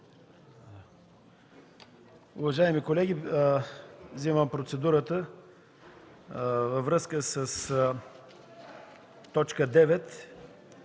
Уважаеми колеги, вземам процедурата във връзка с точка